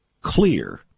clear